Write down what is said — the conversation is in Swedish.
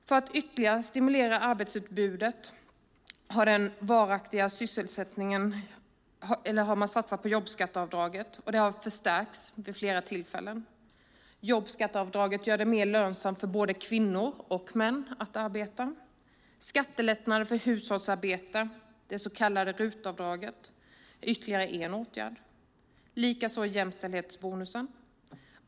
För att ytterligare stimulera arbetsutbudet har man satsat på jobbskatteavdraget, och det har förstärkts vid flera tillfällen. Jobbskatteavdraget gör det mer lönsamt för både kvinnor och män att arbeta. Skattelättnader för hushållsarbete, det så kallade RUT-avdraget, är ytterligare en åtgärd, likaså jämställdhetsbonusen.